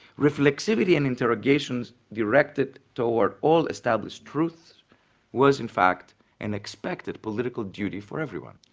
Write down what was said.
reflexivity and interrogations directed towards all established truths was in fact an expected political duty for everyone.